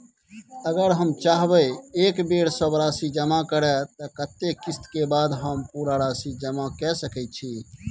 अगर हम चाहबे एक बेर सब राशि जमा करे त कत्ते किस्त के बाद हम पूरा राशि जमा के सके छि?